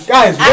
Guys